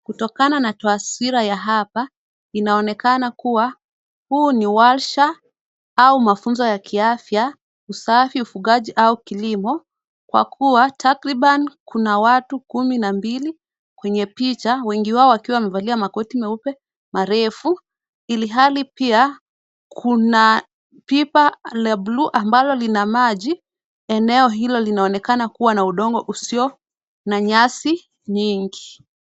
Kutokana na taswira ya hapa inaonekana kuwa huu ni warsha au mafunzo ya kiafya, usafi, ufugaji au kilimo kwa kuwa takriban kuna watu kumi na mbili kwenye picha wengi wao wakiwa wamevalia makoti meupe marefu ilhali pia kuna pipa la bluu ambalo lina maji. Eneo hilo linaonekana kuwa na udongo usio na nyasi nyingi.